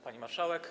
Pani Marszałek!